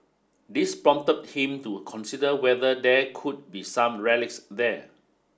this prompted him to consider whether there could be some relics there